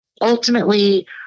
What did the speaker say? Ultimately